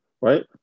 right